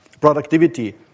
productivity